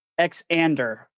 Xander